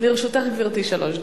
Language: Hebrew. לרשותך, גברתי, שלוש דקות.